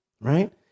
right